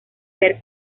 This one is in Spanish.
ver